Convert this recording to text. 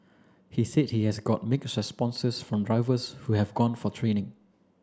he said he has got mixed responses from drivers who have gone for training